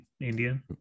Indian